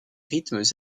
rythmes